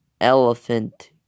elephant